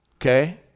okay